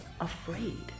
afraid